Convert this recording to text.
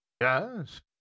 Yes